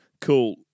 cool